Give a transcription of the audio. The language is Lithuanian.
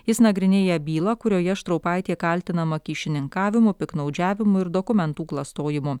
jis nagrinėja bylą kurioje štraupaitė kaltinama kyšininkavimu piktnaudžiavimu ir dokumentų klastojimu